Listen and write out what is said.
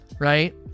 Right